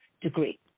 degree